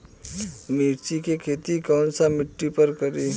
मिर्ची के खेती कौन सा मिट्टी पर करी?